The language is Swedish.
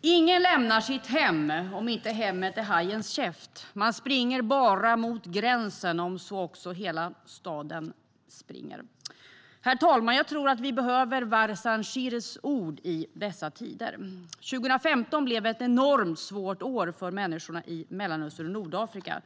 Ingen lämnar sitt hem, om inte hemmet är hajens käft. Man springer bara mot gränsen, om också hela staden springer. Herr talman! Jag tror att vi behöver Warsan Shires ord i dessa tider. År 2015 blev ett enormt svårt år för människorna i Mellanöstern och Nordafrika.